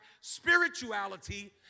spirituality